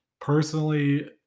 Personally